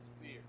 fear